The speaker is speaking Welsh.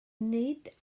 nid